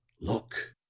look,